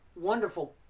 wonderful